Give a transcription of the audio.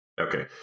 Okay